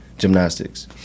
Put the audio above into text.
gymnastics